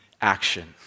action